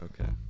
Okay